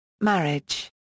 Marriage